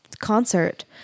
concert